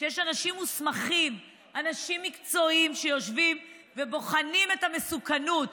יש אנשים מוסמכים ומקצועיים שיושבים ובוחנים את המסוכנות,